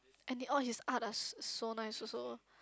and the all his art are s~ so nice also